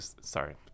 sorry